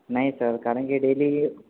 नाही सर कारणकी डेली